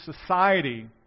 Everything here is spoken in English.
society